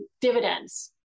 dividends